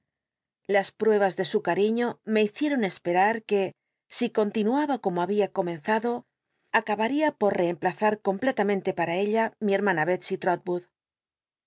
las pruebas de su cariño me hicieron esperar que si continuaba como habia comenzado acabaría por reemplaza completamente pata ella mi hermana